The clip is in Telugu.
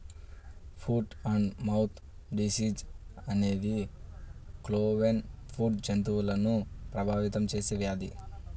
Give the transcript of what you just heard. ఫుట్ అండ్ మౌత్ డిసీజ్ అనేది క్లోవెన్ ఫుట్ జంతువులను ప్రభావితం చేసే వ్యాధి